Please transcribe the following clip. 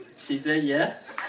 she said yes!